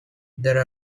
there